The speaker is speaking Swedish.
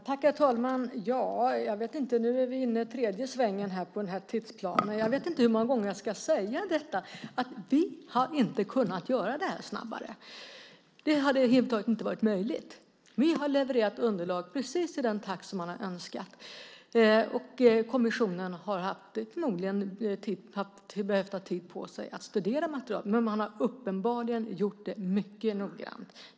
Herr talman! Nu är vi inne på tredje svängen om tidsplanen. Jag vet inte hur många gånger jag ska säga: Vi har inte kunnat göra detta snabbare. Det hade strängt taget inte varit möjligt. Vi har levererat underlag i precis den takt som man har önskat. Kommissionen har förmodligen behövt ta tid på sig för att studera materialet. Man har uppenbarligen gjort det mycket noggrant.